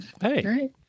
Hey